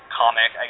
comic